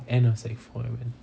end of sec four